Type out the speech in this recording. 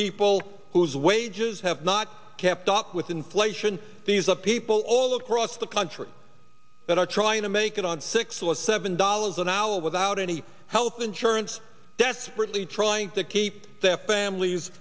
people whose wages have not kept up with inflation these are people all across the country that are trying to make it on six dollars seven dollars an hour without any health insurance desperately trying to keep their families